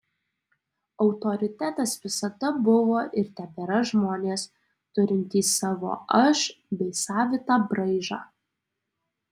autoritetas visada buvo ir tebėra žmonės turintys savo aš bei savitą braižą